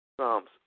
Psalms